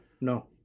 no